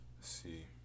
see